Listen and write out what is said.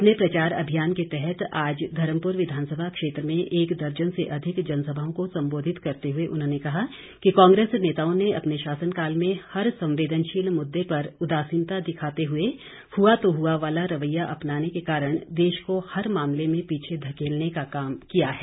अपने प्रचार अभियान के तहत आज धर्मपुर विधानसभा क्षेत्र में एक दर्जन से अधिक जनसभाओं को संबोधित करते हुए उन्होंने कहा कि कांग्रेस नेताओं ने अपने शासनकाल में हर संवेदनशील मुद्दे पर उदासीनता दिखाते हुए हुआ तो हुआ वाला रवैया अपनाने के कारण देश को हर मामले में पीछे धकेलने का काम किया है